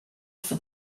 for